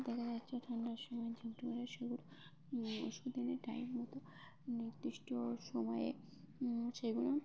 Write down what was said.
দেখা যাচ্ছে ঠান্ডার সময় সেগুলো ওষুধ এনে টাইম মতো নির্দিষ্ট সময়ে সেগুলো